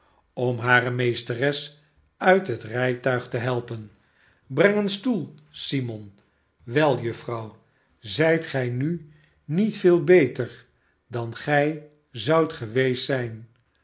om hare meesteres uit het rijtuig te helpen breng een stoel simon wel juffrouw zijtgijnu niet veel beter dan gij zoudt geweest zijn